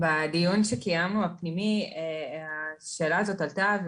בדיון הפנימי שקיימנו השאלה הזאת עלתה,